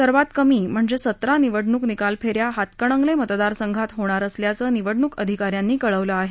सर्वात कमी म्हणजे सतरा निवडणूक निकाल फेन्या हातकणंगले मतदारसंघात होणार असल्याचं निवडणूक अधिकाऱ्यांनी कळवलं आहे